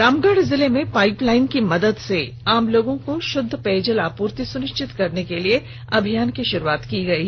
रामगढ़ जिले में pipeline की मदद से आम लोगों को शुद्ध पेयजल आपूर्ति सुनिश्चित करने के लिए अभियान की शुरुआत की गयी